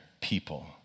people